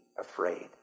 afraid